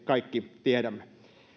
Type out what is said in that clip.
kaikki tiedämme